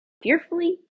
fearfully